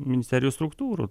ministerijos struktūrų